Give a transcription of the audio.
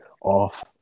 off